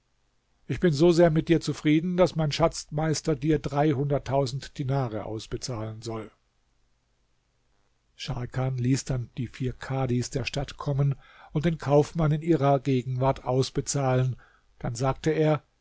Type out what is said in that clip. ich bin so sehr mit dir zufrieden daß mein schatzmeister dir dreihunderttausend dinare ausbezahlen soll scharkan ließ dann die vier kadhis der stadt kommen und den kaufmann in ihrer gegenwart ausbezahlen dann sagte er